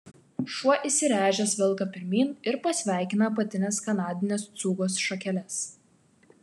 šuo įsiręžęs velka pirmyn ir pasveikina apatines kanadinės cūgos šakeles